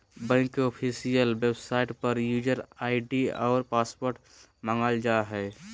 bank के official website पर user ID और पासवर्ड मांगल जा हइ